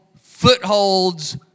footholds